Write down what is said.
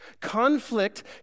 Conflict